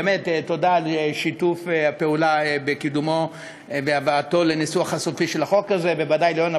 באמת תודה על שיתוף הפעולה בקידומו של החוק הזה ובהבאתו לניסוח הסופי,